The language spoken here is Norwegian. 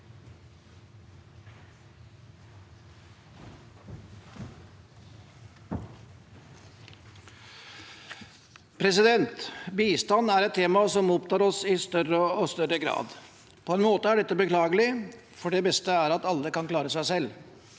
Bistand er et tema som opptar oss i større og større grad. På en måte er dette beklagelig, for det beste er at alle kan klare seg selv.